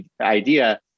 idea